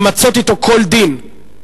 למצות אתו כל דין.